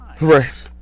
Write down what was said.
Right